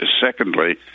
secondly